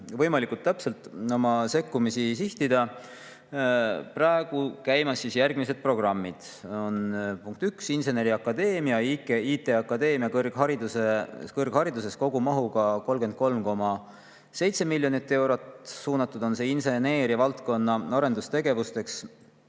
võimalikult täpselt oma sekkumisi sihtida. Praegu on käimas järgmised programmid. Punkt üks: inseneriakadeemia ja IT-akadeemia kõrghariduse [toetamiseks on] kogumahus 33,7 miljonit eurot. Suunatud on see inseneeriavaldkonna arendustegevusteks,